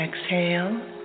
Exhale